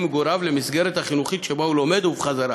מגוריו למסגרת החינוכית שבה הוא לומד ובחזרה.